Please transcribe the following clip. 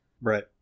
right